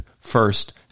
first